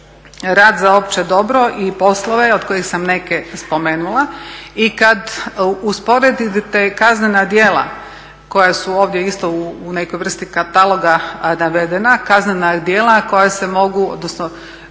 rad za opće dobro i poslove od kojih sam neke spomenula, i kad usporedite kaznena djela koja su ovdje isto u nekoj vrsti kataloga navedena, kaznena djela koja se mogu odnosno